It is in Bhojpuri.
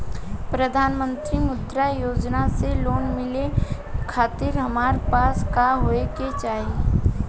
प्रधानमंत्री मुद्रा योजना से लोन मिलोए खातिर हमरा पास का होए के चाही?